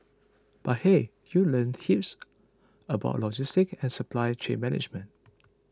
but hey you learn heaps about logistics and supply chain management